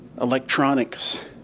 electronics